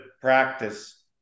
practice